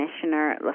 Commissioner